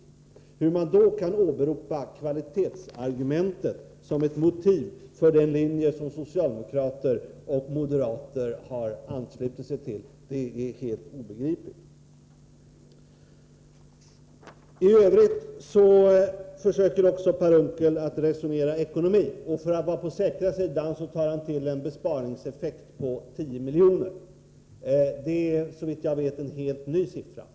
Det är helt obegripligt att man i det läget åberopar kvalitetsargumentet för den linje som socialdemokrater och moderater har valt. Även Per Unckel försöker resonera om ekonomin. För att vara på den säkra sidan tar han till en besparingseffekt på 10 milj.kr. Såvitt jag vet är det en helt ny siffra.